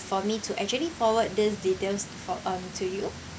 for me to actually forward this details for um to you